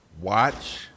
watch